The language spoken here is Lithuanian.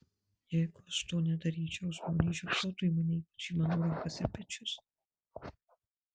jeigu aš to nedaryčiau žmonės žiopsotų į mane ypač į mano rankas ir pečius